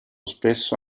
spesso